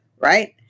right